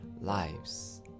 lives